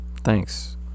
Thanks